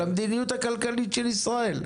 על המדיניות הכלכלית של ישראל.